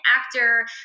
actor